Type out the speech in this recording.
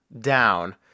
down